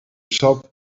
shop